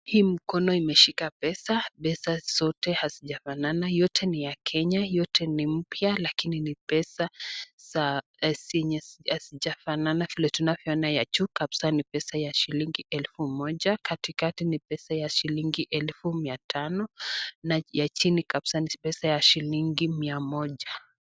Hii mkono imeshika pesa, pesa zote hazijafanana, yote ni ya Kenya, yote ni mpya lakini ni pesa zenye hazijafanana vile tunavyoona ya juu ni pesa ya shilingi elfu moja katikati ni pesa ya shilingi elfu mia tano, na ya chini kabisa ni pesa ya shilingi mia moja.